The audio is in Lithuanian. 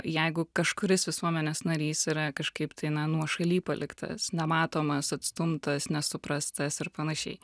jeigu kažkuris visuomenės narys yra kažkaip tai na nuošaly paliktas nematomas atstumtas nesuprastas ir panašiai